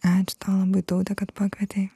ačiū tau labai taute kad pakvietei